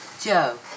joe